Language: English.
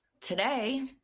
today